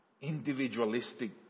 individualistic